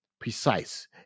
precise